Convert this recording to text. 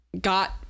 Got